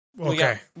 Okay